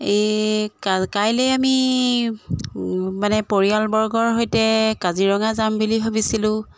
এই কাইলৈ আমি মানে পৰিয়ালবৰ্গৰ সৈতে কাজিৰঙা যাম বুলি ভাবিছিলোঁ